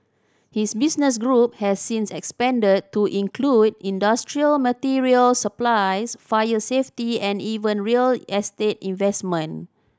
his business group has since expanded to include industrial material supplies fire safety and even real estate investment